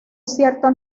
cierto